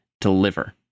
deliver